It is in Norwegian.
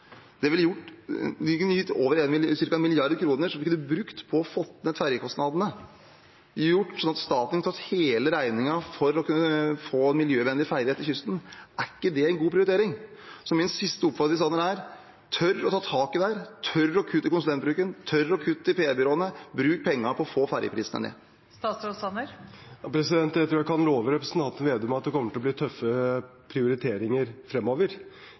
som vi kunne brukt på å få ned ferjekostnadene, og det ville gjort at staten hadde kunnet ta hele regningen med å få miljøvennlige ferjer langs kysten. Er ikke det en god prioritering? Min siste oppfordring til statsråd Sanner er: Tør å ta tak i dette, tør å kutte i konsulentbruken, tør å kutte i bruken av PR-byråer – bruk pengene på å få ned ferjeprisene. Jeg tror jeg kan love representanten Slagsvold Vedum at det kommer til å